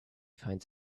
finds